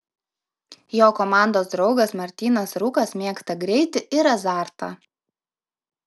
jo komandos draugas martynas rūkas mėgsta greitį ir azartą